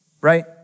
right